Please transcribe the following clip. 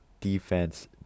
defense